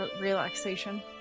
relaxation